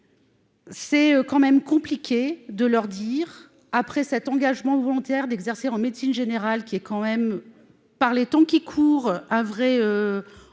C'est quand même compliqué de leur dire après cet engagement volontaire d'exercer en médecine générale, qui est quand même. Par les temps qui courent, un vrai